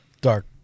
dark